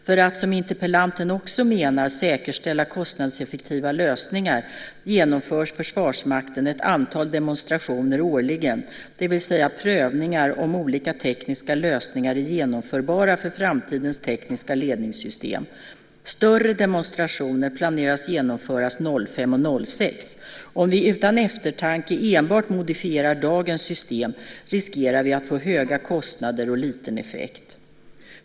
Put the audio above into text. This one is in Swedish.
För att, som interpellanten också menar, säkerställa kostnadseffektiva lösningar genomför Försvarsmakten ett antal demonstrationer årligen, det vill säga prövningar av om olika tekniska lösningar är genomförbara för framtidens tekniska ledningssystem. Större demonstrationer planeras genomföras 2005 och 2006. Om vi utan eftertanke enbart modifierar dagens system riskerar vi att få höga kostnader och liten effekt.